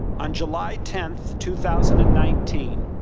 on july ten, two thousand and nineteen,